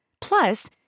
Plus